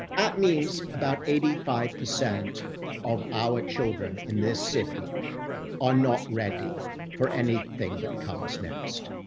that means about eighty five percent of our children in this city are not ready for anything that comes next.